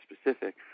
specific